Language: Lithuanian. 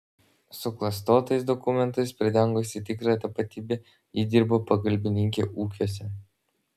suklastotais dokumentais pridengusi tikrąją tapatybę ji dirbo pagalbininke ūkiuose